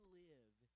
live